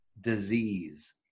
disease